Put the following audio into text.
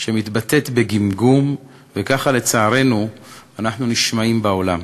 שמתבטאת בגמגום, וככה לצערנו אנחנו נשמעים בעולם.